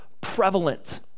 prevalent